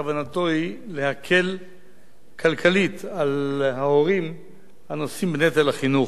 כוונתו היא להקל כלכלית על ההורים הנושאים בנטל החינוך.